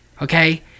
Okay